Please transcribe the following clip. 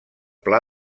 pla